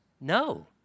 no